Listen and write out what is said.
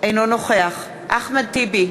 אינו נוכח אחמד טיבי,